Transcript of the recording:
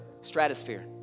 stratosphere